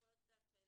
יכול להיות שהילדים